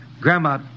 Grandma